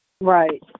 right